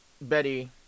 Betty